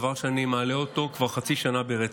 דבר שאני מעלה אותו כבר חצי שנה ברצף.